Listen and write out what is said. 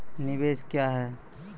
निवेश क्या है?